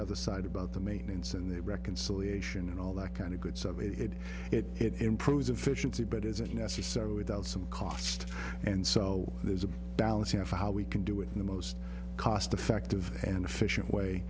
other side about the maintenance and the reconciliation and all that kind of goods of it if it improves efficiency but isn't necessarily that some cost and so there's a balance here for how we can do it in the most cost effective and efficient